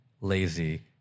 lazy